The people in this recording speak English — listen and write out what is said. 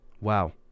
Wow